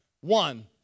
one